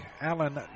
Allen